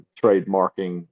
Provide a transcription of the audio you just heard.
trademarking